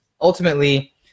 ultimately